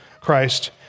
Christ